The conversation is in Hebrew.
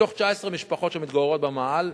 מתוך 19 משפחות שמתגוררות במאהל,